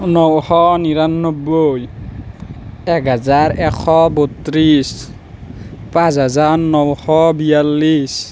নশ নিৰান্নবৈ একহাজাৰ এশ বত্ৰিছ পাঁচ হাজাৰ নশ বিয়াল্লিছ